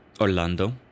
Orlando